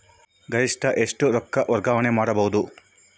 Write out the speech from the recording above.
ಗರಿಷ್ಠ ಎಷ್ಟು ರೊಕ್ಕ ವರ್ಗಾವಣೆ ಮಾಡಬಹುದು?